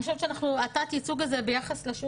אני חושבת שתת הייצוג הזה ביחס לשיעור